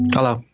Hello